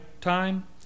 time